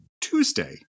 Tuesday